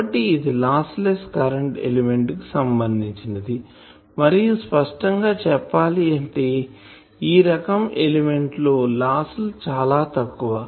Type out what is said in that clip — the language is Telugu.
కాబట్టి ఇది లాస్ లెస్ కరెంటు ఎలిమెంట్ కు సంబందించినది మరియు స్పష్టం గా చెప్పాలి అంటే ఈ రకం కరెంటు ఎలిమెంట్ లో లాస్ లు చాలా తక్కువ